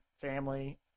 family